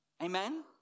Amen